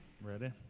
Ready